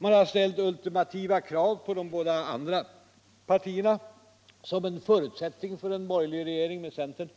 Man har ställt ultimativa krav på de båda andra partierna som en förutsättning för en borgerlig regering med centern.